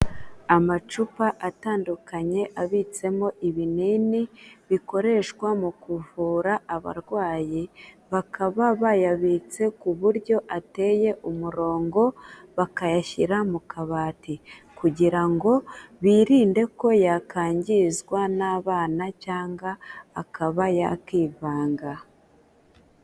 Amacupa atandukanye abitsemo ibinini bikoreshwa mu kuvura abarwayi, bakaba bayabitse ku buryo ateye umurongo, bakayashyira mu kabati kugira ngo birinde ko yakangizwa n'abana cyangwa akaba yakivanga.